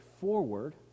forward